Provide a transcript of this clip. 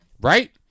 right